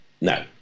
No